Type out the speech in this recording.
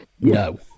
no